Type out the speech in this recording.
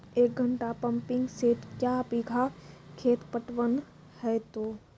एक घंटा pumping set क्या बीघा खेत पटवन है तो?